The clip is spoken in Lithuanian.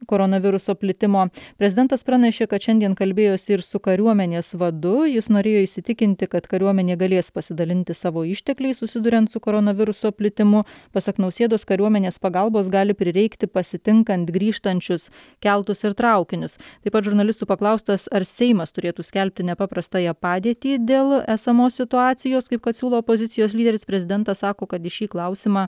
koronaviruso plitimo prezidentas pranešė kad šiandien kalbėjosi ir su kariuomenės vadu jis norėjo įsitikinti kad kariuomenė galės pasidalinti savo ištekliais susiduriant su koronaviruso plitimu pasak nausėdos kariuomenės pagalbos gali prireikti pasitinkant grįžtančius keltus ir traukinius taip pat žurnalistų paklaustas ar seimas turėtų skelbti nepaprastąją padėtį dėl esamos situacijos kaip kad siūlo opozicijos lyderis prezidentas sako kad į šį klausimą